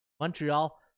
Montreal